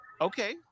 Okay